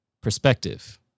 Perspective